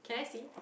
can I see